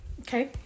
Okay